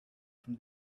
from